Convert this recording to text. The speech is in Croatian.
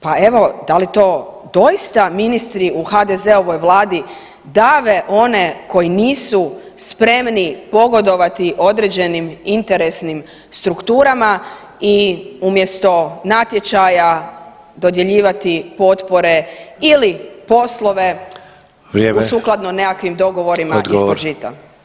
Pa evo da li to doista ministri u HDZ-ovoj vladi dave one koji nisu spremni pogodovati određenim interesnim strukturama i umjesto natječaja dodjeljivati potpore ili poslove [[Upadica: Vrijeme.]] u sukladno nekakvim dogovorima ispod žita.